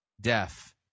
deaf